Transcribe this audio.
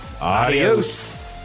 adios